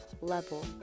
level